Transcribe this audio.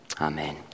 Amen